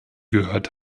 gehört